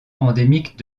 endémique